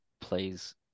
please